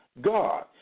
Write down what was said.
God